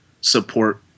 support